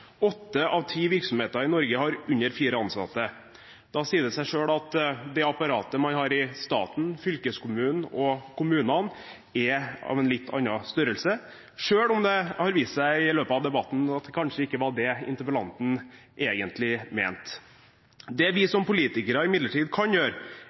Åtte av ti virksomheter i Norge har færre enn fire ansatte. Da sier det seg selv at det apparatet man har i staten, fylkeskommunene og kommunene, er av en litt annen størrelse, selv om det har vist seg i løpet av debatten at det kanskje ikke var det interpellanten egentlig mente. Det vi politikere imidlertid kan gjøre,